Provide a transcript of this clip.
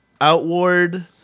Outward